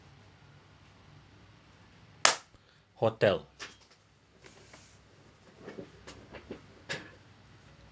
hotel